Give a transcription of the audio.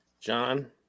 John